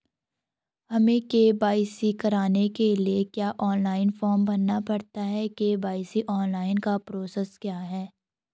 हमें के.वाई.सी कराने के लिए क्या ऑनलाइन फॉर्म भरना पड़ता है के.वाई.सी ऑनलाइन का प्रोसेस क्या है?